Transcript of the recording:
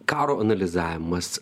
karo analizavimas